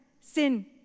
sin